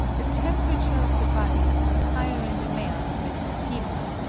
the temperature of the body is higher in the male than in the female,